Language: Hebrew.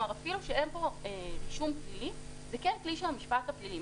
אפילו שאין פה רישום פלילי הכלי הוא של המשפט הפלילי.